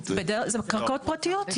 זה קרקעות פרטיות.